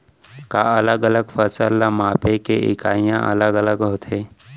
का अलग अलग फसल ला मापे के इकाइयां अलग अलग होथे?